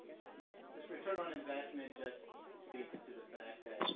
this return on investment just speaks to the fact that